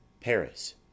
Paris